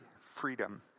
freedom